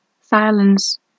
silence